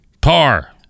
par